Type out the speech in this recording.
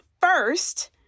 first